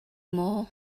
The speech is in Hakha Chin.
maw